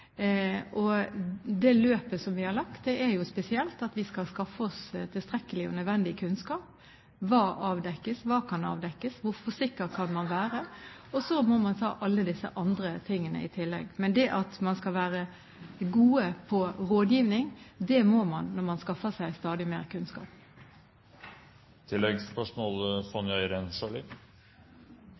Det løpet som vi har lagt, er jo spesielt – vi skal skaffe oss tilstrekkelig og nødvendig kunnskap: Hva avdekkes? Hva kan avdekkes? Hvor sikker kan man være? Og så må man ta alle disse andre tingene i tillegg. Men det at man skal være gode på rådgivning, det blir man når man skaffer seg stadig mer kunnskap.